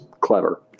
clever